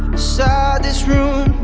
so this room